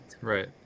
Right